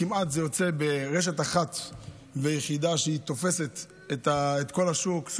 זה יוצא כמעט רשת אחת ויחידה שתופסת את כל השוק.